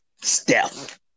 Steph